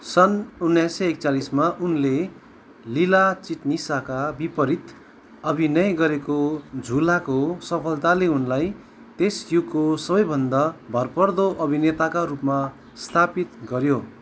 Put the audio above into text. सन् उन्नाइस सय एकचालिसमा उनले लीला चिटनिसका विपरीत अभिनय गरेको झुलाको सफलताले उनलाई त्यस युगको सबैभन्दा भरपर्दो अभिनेताका रूपमा स्थापित गऱ्यो